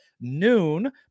noon